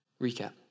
Recap